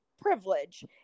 privilege